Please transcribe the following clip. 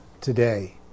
today